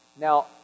Now